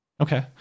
Okay